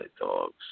dogs